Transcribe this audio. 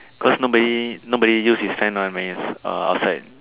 cause nobody nobody use his fan ah when he's err outside